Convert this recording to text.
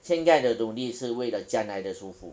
现在的努力是为了将来的舒服